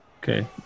Okay